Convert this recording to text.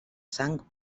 sang